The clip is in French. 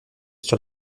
sur